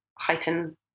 heighten